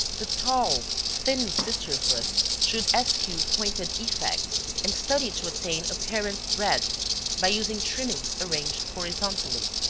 the tall, thin sisterhood should eschew pointed effects and study to attain apparent breadth by using trimmings arranged horizontally.